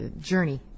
journey